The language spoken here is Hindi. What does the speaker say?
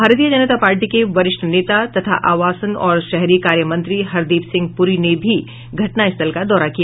भारतीय जनता पार्टी के वरिष्ठ नेता तथा आवासन और शहरी कार्य मंत्री हरदीप सिंह पुरी ने भी घटनास्थल का दौरा किया